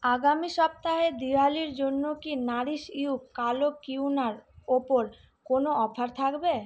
আগামী সপ্তাহে দিওয়ালির জন্য কি নাারিশ ইউ কালো কিউনার ওপর কোনও অফার থাকবে